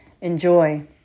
Enjoy